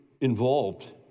involved